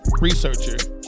researcher